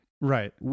Right